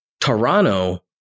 Toronto